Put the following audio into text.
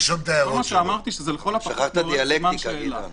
אמרתי שלכל הפחות זה מעורר סימן שאלה.